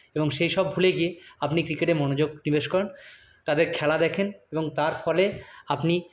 এবং সেইসব ভুলে গিয়ে আপনি ক্রিকেটে মনোযোগ নিবেশ করেন তাদের খেলা দেখেন এবং তার ফলে আপনি